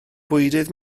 bwydydd